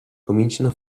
cominciano